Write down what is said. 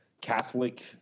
Catholic